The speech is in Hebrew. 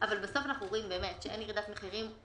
בסוף אנחנו רואים שאין ירידת מחירים,